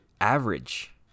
average